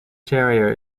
terrier